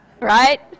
right